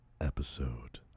episode